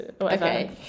Okay